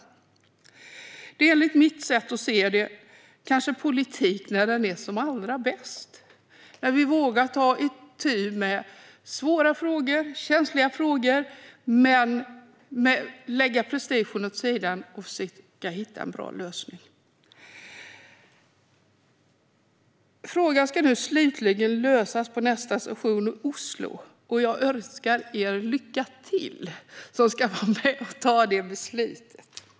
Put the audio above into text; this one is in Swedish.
Detta är kanske, enligt mitt sätt att se det, politik när den är som bäst: när vi vågar ta itu med svåra frågor och känsliga frågor, lägger prestigen åt sidan och försöker hitta en bra lösning. Frågan ska nu slutligen lösas på nästa session i Oslo, och jag önskar er lycka till - ni som ska vara med och fatta detta beslut.